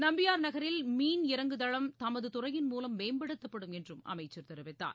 நம்பியார் நகரில் மீன் இறங்குதளம் தமது துறையின் மூலம் மேம்படுத்தப்படும் என்றும் அமைச்சர் தெரிவித்தார்